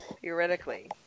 theoretically